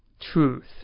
truth